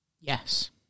yes